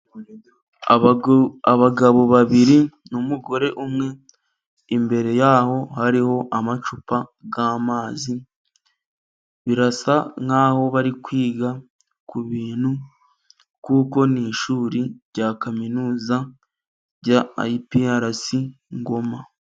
Abagabo babiri numugore umwe, imbere yaho hariho amacupa y'amazi birasa nkaho bari kwiga kubintu, kuko ni ishuri rya kaminuza rya eyipiyarasi Ngoma.